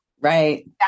Right